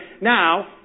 Now